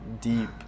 deep